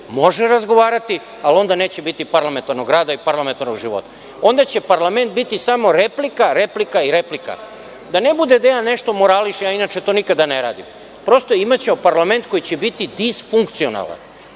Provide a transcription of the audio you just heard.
može razgovarati, ali onda neće biti parlamentarnog rada i parlamentarnog života. Onda će parlament biti samo replika, replika i replika. Da ne bude da ja nešto morališem, inače ja to nikada ne radim, prosto imaćemo parlament koji će biti disfunkcionalan.